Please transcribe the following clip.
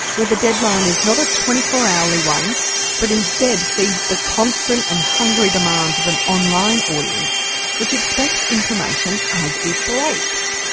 where the deadline is not a twenty four hourly one but instead feeds the constant and hungry demands of an online audience which expects information as it breaks,